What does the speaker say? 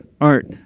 Art